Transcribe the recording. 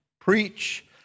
Preach